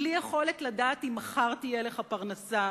בלי יכולת לדעת אם מחר תהיה לך פרנסה,